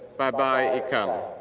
bye bye e come.